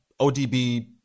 ODB